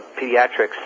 pediatrics